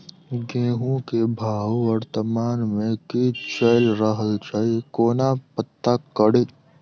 गेंहूँ केँ भाव वर्तमान मे की चैल रहल छै कोना पत्ता कड़ी?